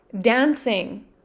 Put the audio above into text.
dancing